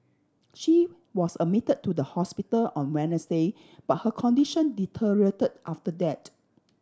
she was admit to the hospital on Wednesday but her condition deteriorate after that